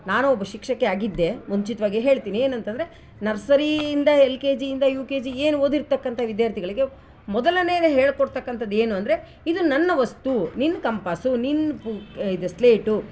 ನಾನು ಒಬ್ಬ ಶಿಕ್ಷಕಿ ಆಗಿದ್ದೆ ಮುಂಚಿತವಾಗೆ ಹೇಳ್ತಿನಿ ಏನಂತಂದರೆ ನರ್ಸರಿಯಿಂದ ಎಲ್ ಕೆ ಜಿಯಿಂದ ಯು ಕೆ ಜಿ ಏನು ಓದಿರ್ತಕ್ಕಂಥ ವಿದ್ಯಾರ್ಥಿಗಳಿಗೆ ಮೊದಲನೆದು ಹೇಳ್ಕೊಡ್ತಕ್ಕಂಥದ್ ಏನು ಅಂದರೆ ಇದು ನನ್ನ ವಸ್ತು ನಿನ್ನ ಕಂಪಾಸು ನಿನ್ನ ಎ ಇದು ಸ್ಲೇಟು